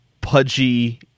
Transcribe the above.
pudgy